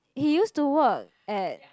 he used to work at